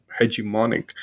hegemonic